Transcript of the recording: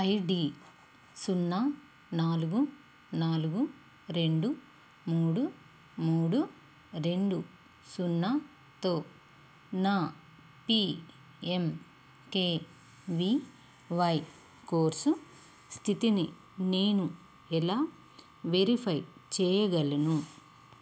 I D సున్నా నాలుగు నాలుగు రెండు మూడు మూడు రెండు సున్నాతో నా P M K V Y course స్థితిని నేను ఎలా వెరిఫై చేయగలను